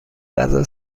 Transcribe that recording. غذا